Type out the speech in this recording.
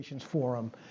Forum